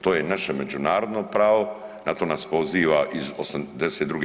To je naše međunarodno pravo, na to nas poziva iz '82.